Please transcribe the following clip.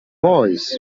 calls